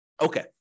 Okay